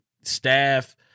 staff